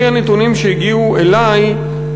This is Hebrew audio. לפי הנתונים שהגיעו אלי,